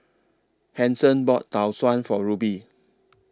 Hanson bought Tau Suan For Rubye